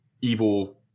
evil